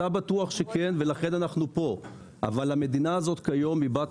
בטוח שאתה כן ולכן אנחנו כאן אבל המדינה הזאת כיום היא בת